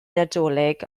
nadolig